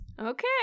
Okay